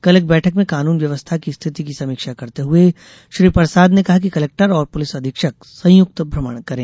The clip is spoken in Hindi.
कल एक बैठक में कानून व्यवस्था की स्थिति की समीक्षा करते हुए श्री प्रसाद ने कहा कि कलेक्टर और पुलिस अधीक्षक संयुक्त भ्रमण करें